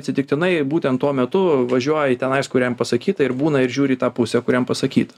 atsitiktinai būtent tuo metu važiuoja į tenais kur jam pasakyta ir būna ir žiūri į tą pusę kur jam pasakyta